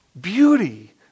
beauty